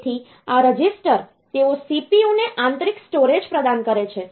તેથી આ રજિસ્ટર તેઓ CPU ને આંતરિક સ્ટોરેજ પ્રદાન કરે છે